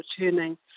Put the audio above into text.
returning